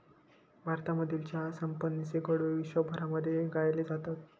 भारतामधील चहा संपन्नतेचे गोडवे विश्वभरामध्ये गायले जातात